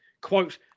Quote